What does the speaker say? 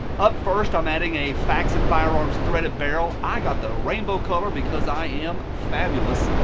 up first i'm adding a faxon firearms threaded barrel. i got the rainbow color because i am fabulous.